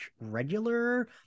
regular